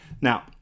Now